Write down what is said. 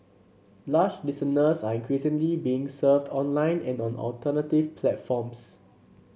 lush listeners are increasingly being served online and on alternative platforms